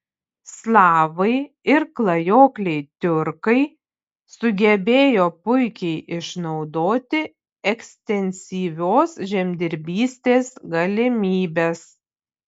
slavai ir klajokliai tiurkai sugebėjo puikiai išnaudoti ekstensyvios žemdirbystės galimybes